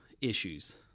issues